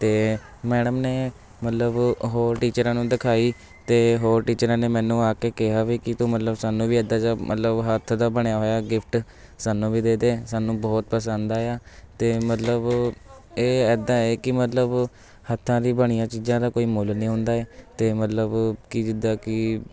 ਅਤੇ ਮੈਡਮ ਨੇ ਮਤਲਬ ਹੋਰ ਟੀਚਰਾਂ ਨੂੰ ਦਿਖਾਈ ਅਤੇ ਹੋਰ ਟੀਚਰਾਂ ਨੇ ਮੈਨੂੰ ਆ ਕੇ ਕਿਹਾ ਵੀ ਕੀ ਤੂੰ ਮਤਲਬ ਸਾਨੂੰ ਵੀ ਇੱਦਾਂ ਮਤਲਬ ਹੱਥ ਦਾ ਬਣਿਆ ਹੋਇਆ ਗਿਫਟ ਸਾਨੂੰ ਵੀ ਦੇ ਦੇ ਸਾਨੂੰ ਬਹੁਤ ਪਸੰਦ ਆਇਆ ਅਤੇ ਮਤਲਬ ਇਹ ਇੱਦਾਂ ਹੈ ਕਿ ਮਤਲਬ ਹੱਥਾਂ ਦੀ ਬਣੀਆਂ ਚੀਜ਼ਾਂ ਦਾ ਕੋਈ ਮੁੱਲ ਨਹੀਂ ਹੁੰਦਾ ਹੈ ਅਤੇ ਮਤਲਬ ਕਿ ਜਿੱਦਾਂ ਕਿ